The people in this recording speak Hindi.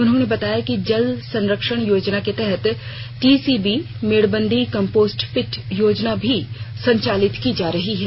उन्होंने बताया कि जल संरक्षण योजना के तहत टीसीबी मेडबंदी कंपोस्ट पिट की योजनाएं भी संचालित की जा रही हैं